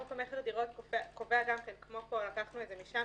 חוק המכר דירות קובע - לקחנו את זה משם,